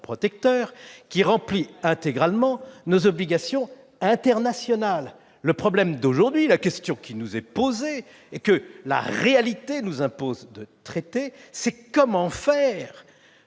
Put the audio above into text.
protecteur qui remplit intégralement nos obligations internationales. Le problème d'aujourd'hui, la question qui nous est posée, que la réalité nous impose de traiter, est celle de